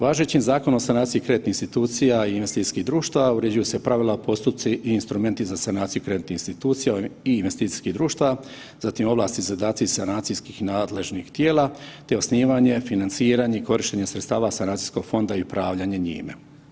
Važećim Zakonom o sanaciji kreditnih institucija i investicijskih društava uređuju se pravila, postupci i instrumenti za sanaciju kreditnih institucija i investicijskih društava, zatim ovlasti i zadaci sanacijskih nadležnih tijela te osnivanje, financiranje i korištenje sredstava sanacijskog fonda i upravljanje njime.